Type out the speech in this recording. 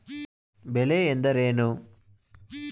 ಬೆಳೆ ಎಂದರೇನು?